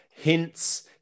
hints